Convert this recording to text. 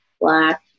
Black